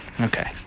Okay